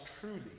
truly